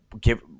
give